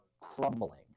crumbling